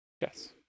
Yes